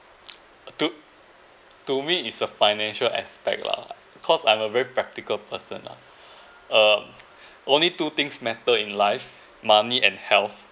to to me it's a financial aspect lah cause I'm a very practical person lah uh only two things matter in life money and health